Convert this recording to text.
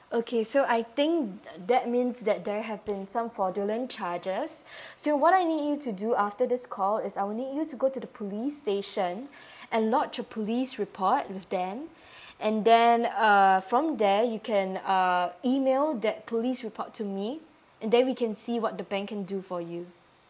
okay so I think that means that there have been some fraudulent charges so what I need you to do after this call is I'll need you to go to the police station and lodge a police report with them and then uh from there you can uh email that police report to me and then we can see what the banking do for you